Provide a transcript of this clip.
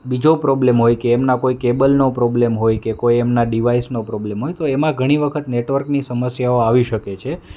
બીજો પ્રોબ્લેમ હોય કે એમના કોઈ કેબલનો પ્રોબ્લેમ હોય કે કોઈ એમનાં ડિવાઈસનો પ્રોબ્લેમ હોય તો એમાં ઘણી વખત નેટવર્કની સમસ્યાઓ આવી શકે છે